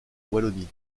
wallonie